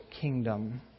kingdom